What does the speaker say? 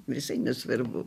visai nesvarbu